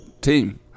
team